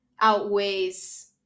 outweighs